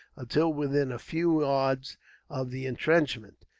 until within a few yards of the entrenchments.